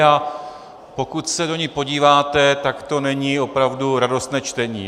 A pokud se do ní podíváte, tak to není opravdu radostné čtení.